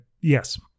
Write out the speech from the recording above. yes